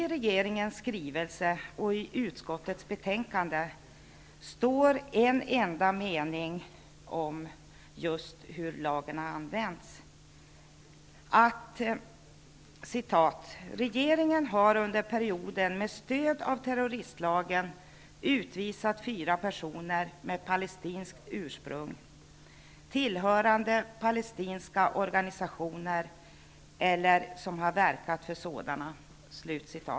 I regeringens skrivelse och i utskottets betänkande står en enda mening om hur lagen har använts. Det står att ''Regeringen har under perioden med stöd av terroristlagen utvisat fyra personer med palestinskt ursprung tillhörande palestinska organisationer eller verkande för sådana''.